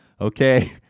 Okay